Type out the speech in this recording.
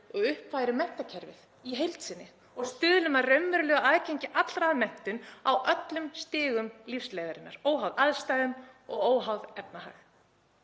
og uppfærum menntakerfið í heild sinni og stuðlum að raunverulegu aðgengi allra að menntun á öllum stigum lífsleiðarinnar, óháð aðstæðum og óháð efnahag.